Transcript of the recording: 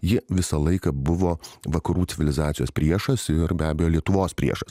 ji visą laiką buvo vakarų civilizacijos priešas ir be abejo lietuvos priešas